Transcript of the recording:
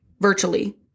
virtually